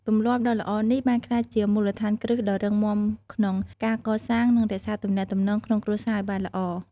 ទម្លាប់ដ៏ល្អនេះបានក្លាយជាមូលដ្ឋានគ្រឹះដ៏រឹងមាំក្នុងការកសាង និងរក្សាទំនាក់ទំនងក្នុងគ្រួសារឱ្យបានល្អ។